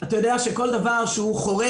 אתה יודע שכל דבר שחורג